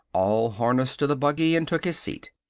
all harnessed to the buggy, and took his seat.